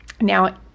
Now